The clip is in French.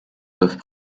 peuvent